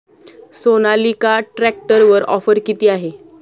सोनालिका ट्रॅक्टरवर ऑफर किती आहे?